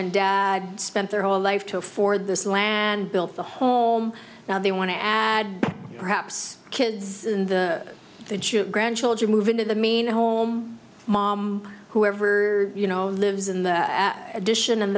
and dad spent their whole life to afford this land built the home now they want to add perhaps kids in the that you have grandchildren move into the mean home mom whoever you know lives in the edition